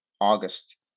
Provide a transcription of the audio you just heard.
August